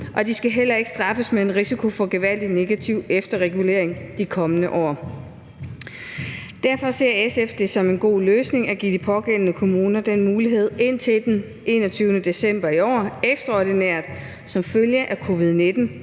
og de skal heller ikke straffes med en risiko for gevaldig negativ efterregulering de kommende år. Derfor ser SF det som en god løsning ekstraordinært at give de pågældende kommuner den mulighed indtil den 21. december i år som følge af covid-19,